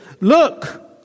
Look